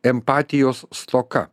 empatijos stoka